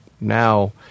now